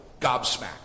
gobsmacked